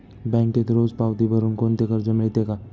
बँकेत रोज पावती भरुन कोणते कर्ज मिळते का?